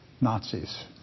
Nazis